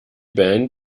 band